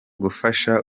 gufasha